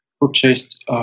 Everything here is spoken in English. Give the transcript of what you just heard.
purchased